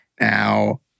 Now